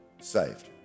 saved